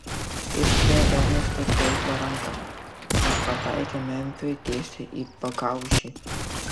jis turėjo velniškai taiklią ranką nes pataikė merfiui tiesiai į pakaušį